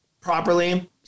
properly